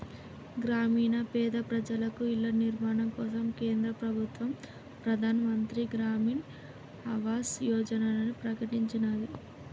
గ్రామీణ పేద ప్రజలకు ఇళ్ల నిర్మాణం కోసం కేంద్ర ప్రభుత్వం ప్రధాన్ మంత్రి గ్రామీన్ ఆవాస్ యోజనని ప్రకటించినాది